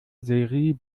seri